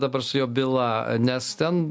dabar su jo byla nes ten